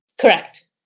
Correct